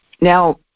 Now